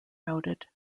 noted